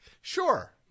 Sure